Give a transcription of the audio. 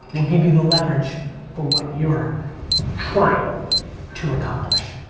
will give you the leverage for what you're trying to accomplish.